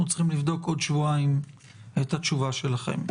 צריכים לבדוק בעוד שבועיים את התשובה שלכם.